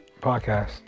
Podcast